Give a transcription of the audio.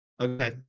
Okay